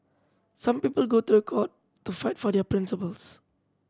some people go to the court to fight for their principles